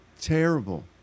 Terrible